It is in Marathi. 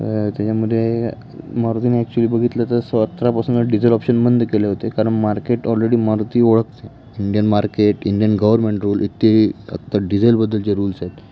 तर त्याच्यामध्ये मारुतीने ॲक्चुली बघितलं तर सतरापासनं डिझेल ऑप्शन बंद केले होते कारण मार्केट ऑलरेडी मारुती ओळखते Indian market Indian government rule इथे आत्ता डिझेलबद्दलचे रुल्स आहेत